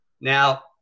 Now